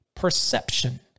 perception